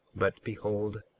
but behold,